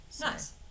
Nice